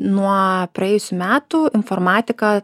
nuo praėjusių metų informatika